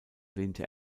lehnte